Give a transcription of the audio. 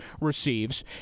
receives